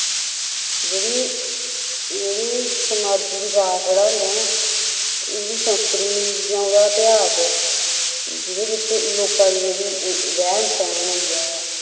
जेह्ड़ी जेह्ड़ी समाजी विकास जेह्ड़ा होंदा ना ओह्दी संस्कृति यां ओह्दा इत्हास जेह्दे विच लोकां दी जेह्ड़ी रैह्न सैह्न होई गेआ